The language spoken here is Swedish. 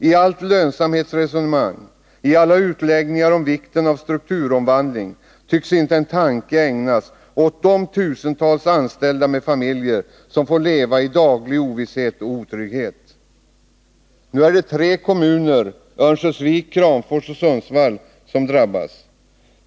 I allt lönsamhetsresonemang, i alla utläggningar om vikten av strukturomvandling tycks inte en tanke ägnas åt de tusentals anställda och deras familjer som får leva i daglig ovisshet och otrygghet. Nu är det de tre kommunerna Örnsköldsvik, Kramfors och Sundsvall som drabbas.